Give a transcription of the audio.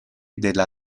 della